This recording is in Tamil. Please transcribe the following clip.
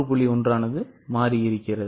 1 மாறுகிறது